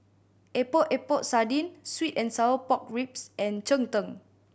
Epok Epok Sardin sweet and sour pork ribs and cheng tng